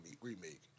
remake